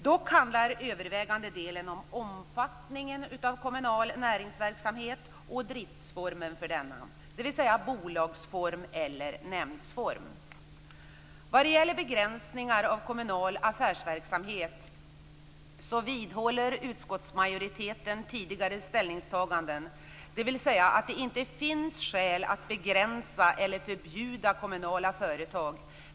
Dock handlar övervägande delen om omfattningen av kommunal näringsverksamhet och driftsformen för denna, dvs. bolagsform eller nämndform. Vad gäller begränsningar av kommunal affärsverksamhet vidhåller utskottsmajoriteten tidigare ställningstaganden, dvs. att det inte finns skäl att begränsa eller förbjuda kommunala företag.